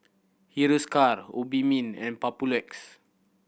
Hiruscar Obimin and Papulex